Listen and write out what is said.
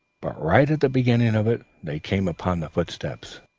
but right at the beginning of it, they came upon the footsteps.